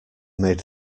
made